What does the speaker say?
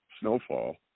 snowfall